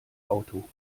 auto